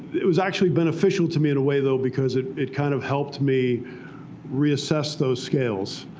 it was actually beneficial to me, in a way though, because it it kind of helped me reassess those scales.